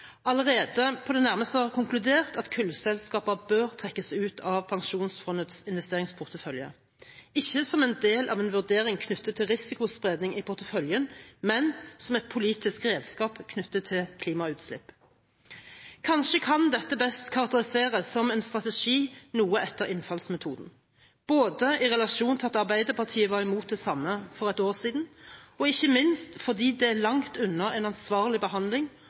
allerede på det nærmeste har konkludert at kullselskaper bør trekkes ut av pensjonsfondets investeringsportefølje – ikke som en del av en vurdering knyttet til risikospredning i porteføljen, men som et politisk redskap knyttet til klimautslipp. Kanskje kan dette best karakteriseres som en strategi noe etter innfallsmetoden – i relasjon til at Arbeiderpartiet var imot det samme for et år siden, og ikke minst fordi det er langt unna en ansvarlig behandling